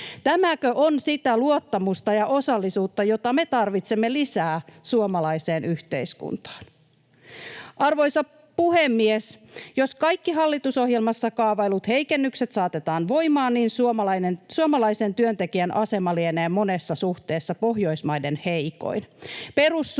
Tämäkö on sitä luottamusta ja osallisuutta, jota me tarvitsemme lisää suomalaiseen yhteiskuntaan? Arvoisa puhemies! Jos kaikki hallitusohjelmassa kaavaillut heikennykset saatetaan voimaan, niin suomalaisen työntekijän asema lienee monessa suhteessa Pohjoismaiden heikoin. Perussuomalaiset,